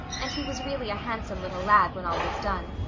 and he was really a handsome little lad when all was done.